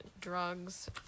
drugs